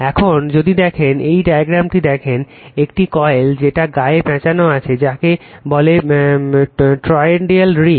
এখন যদি দেখেন এই ডায়াগ্রামটি দেখেন এটি কয়েল যেটা এর গায়ে পেঁচানো আছে যাকে বলে টরয়েডাল রিং